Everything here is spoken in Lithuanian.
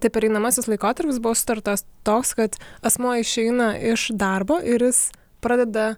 tai pereinamasis laikotarpis buvo sutartas toks kad asmuo išeina iš darbo ir jis pradeda